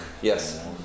Yes